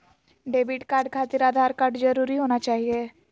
Debit card खातिर Aadhaar card जरूरी होना चाहिए?